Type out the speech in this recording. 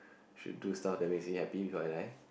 should do stuff that meaning happy with my life